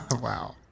Wow